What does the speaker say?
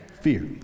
fear